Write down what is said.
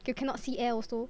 you cannot see air also